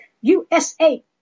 USA